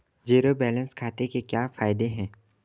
Zero balance खाते के क्या फायदे हैं?